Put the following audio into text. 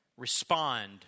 Respond